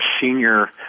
senior